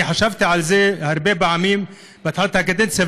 אני חשבתי על זה הרבה פעמים מהתחלת הקדנציה,